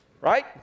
right